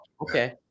Okay